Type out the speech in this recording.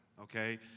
Okay